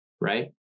right